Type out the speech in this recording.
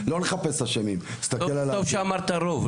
לא נחפש אשמים --- טוב שאמרת רוב,